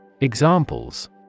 Examples